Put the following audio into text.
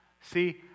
See